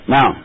Now